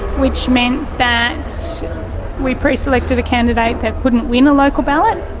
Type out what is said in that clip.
which meant that we preselected a candidate that couldn't win a local ballot,